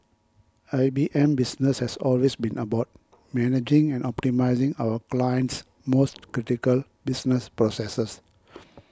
I B M's business has always been about managing and optimising our clients most critical business processes